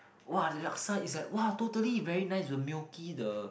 !wow! the laksa is like !wow! totally very nice the milky the